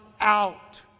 out